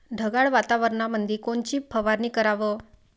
ढगाळ वातावरणामंदी कोनची फवारनी कराव?